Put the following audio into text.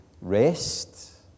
rest